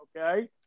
Okay